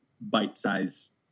bite-sized